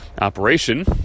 operation